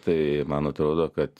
tai man atrodo kad